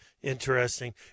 Interesting